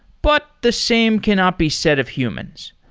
but the same cannot be said of humans.